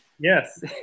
Yes